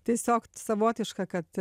tiesiog savotiška kad